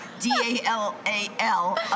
D-A-L-A-L